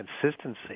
consistency